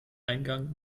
eingang